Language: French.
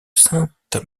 sainte